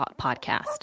podcast